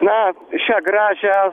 na šią gražią